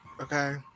okay